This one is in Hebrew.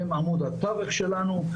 הן עמוד התווך שלנו,